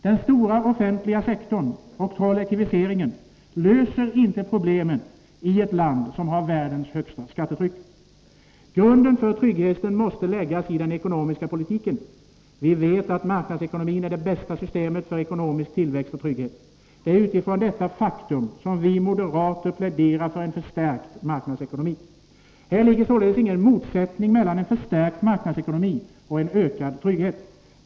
Den stora offentliga sektorn och kollektiviseringen löser inte problemen i ett land som har världens högsta skattetryck. Grunden för tryggheten måste läggas i den ekonomiska politiken. Vi vet att marknadsekonomin är det bästa systemet för ekonomisk tillväxt och trygghet. Det är utifrån detta faktum som vi moderater pläderar för en förstärkt marknadsekonomi. Det föreligger således ingen motsättning mellan en förstärkt marknadsekonomi och en ökad trygghet.